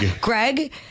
Greg